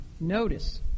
Notice